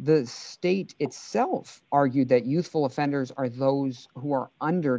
the state itself argued that youthful offenders are those who are under